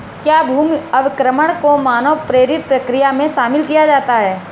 क्या भूमि अवक्रमण को मानव प्रेरित प्रक्रिया में शामिल किया जाता है?